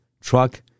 truck